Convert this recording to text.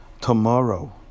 tomorrow